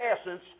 essence